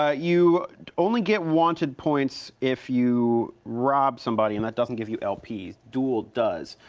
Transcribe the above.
ah you only get wanted points if you rob somebody and that doesn't give you lp, duel does.